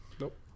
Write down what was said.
Nope